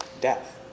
death